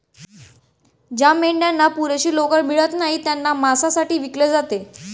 ज्या मेंढ्यांना पुरेशी लोकर मिळत नाही त्यांना मांसासाठी विकले जाते